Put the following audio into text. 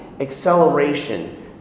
acceleration